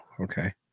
Okay